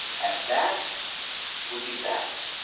and that would be that.